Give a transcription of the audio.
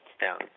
down